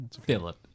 Philip